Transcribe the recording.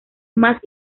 más